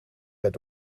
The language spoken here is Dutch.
werd